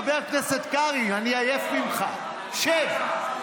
חבר הכנסת קרעי, אני עייף ממך, שב.